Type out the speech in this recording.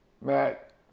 matt